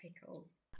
pickles